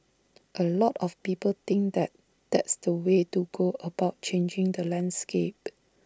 A lot of people think that that's the way to go about changing the landscape